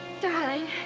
darling